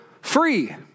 free